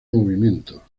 movimiento